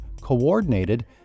coordinated